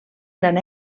gran